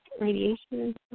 radiation